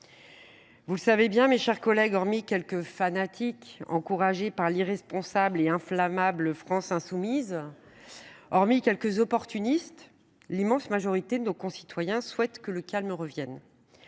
Vous le savez bien, mes chers collègues, hormis quelques fanatiques encouragés par l’irresponsable et inflammable France insoumise, hormis quelques opportunistes, l’immense majorité de nos concitoyens souhaitent que le calme revienne,